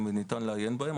ניתן לעיין בהן.